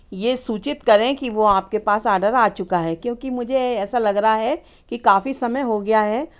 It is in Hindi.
ये सूचित करें कि वो आपके पास ऑर्डर आ चुका है क्योंकि मुझे ऐसा लग रा है कि काफ़ी समय हो गया है